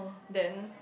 then